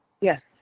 Yes